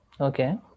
Okay